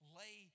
lay